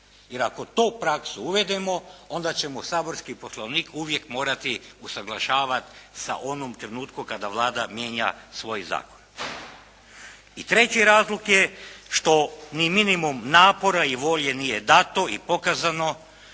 Jer ako tu praksu uvedemo onda ćemo saborski Poslovnik uvijek morati usuglašavat u onom trenutku kada Vlada mijenja svoje zakone. I treći razlog je što ni minimum napora i volje nije dato i pokazano